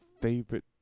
favorite